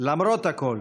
למרות הכול,